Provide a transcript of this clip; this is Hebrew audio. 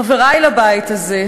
חברי לבית הזה,